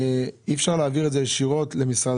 אי אפשר להעביר את זה ישירות למשרד